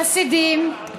חסידים.